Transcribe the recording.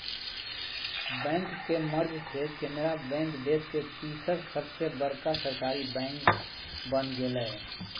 bank के merge से Canara bank देश के तीसर सबसे बड़का सरकारी बैंक बन गेलय